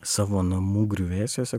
savo namų griuvėsiuose